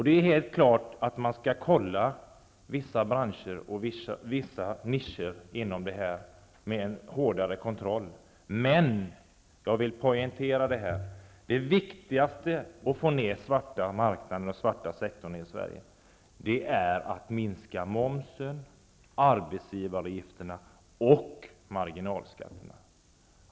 Det är helt klart att man skall kontrollera vissa branscher och vissa nischer hårdare. Men jag vill poängtera att det viktigaste för att minska den svarta marknaden i Sverige är att sänka momsen, arbetsgivaravgifterna och marginalskatterna.